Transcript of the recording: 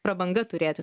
prabanga turėti